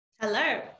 Hello